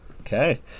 Okay